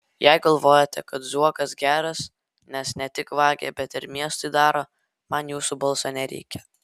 jei galvojate kad zuokas geras nes ne tik vagia bet ir miestui daro man jūsų balso nereikia